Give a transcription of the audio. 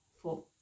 four